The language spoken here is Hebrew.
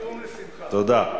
תודה.